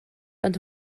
ond